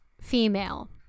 female